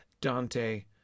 Dante